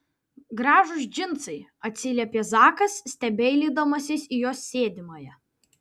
gražūs džinsai atsiliepė zakas stebeilydamasis į jos sėdimąją